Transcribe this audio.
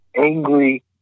angry